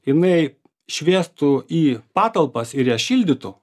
jinai šviestų į patalpas ir jas šildytų